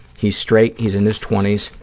he's straight. he's in his twenty s.